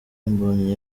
mbonyi